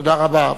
תודה רבה.